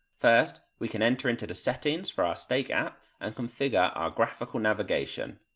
first we can enter into the settings for our stake app and configure our graphical navigation.